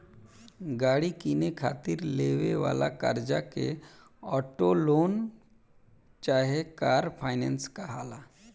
गाड़ी किने खातिर लेवे वाला कर्जा के ऑटो लोन चाहे कार फाइनेंस कहाला